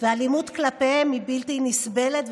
והאלימות כלפיהם היא בלתי נסבלת,